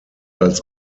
als